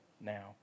now